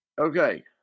Okay